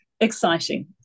exciting